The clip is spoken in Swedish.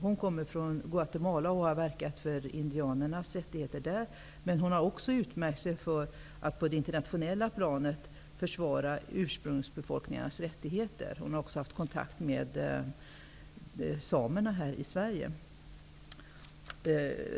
Hon kommer från Guatemala och har verkat för indianernas rättigheter där men också utmärkt sig på det internationella planet i försvaret för ursprungsbefolkningars rättigheter. Hon har även haft kontakt med samerna i Sverige.